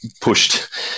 pushed